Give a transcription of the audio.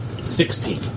Sixteen